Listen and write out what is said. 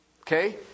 Okay